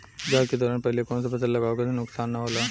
जाँच के दौरान पहिले कौन से फसल लगावे से नुकसान न होला?